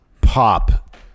pop